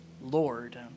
Lord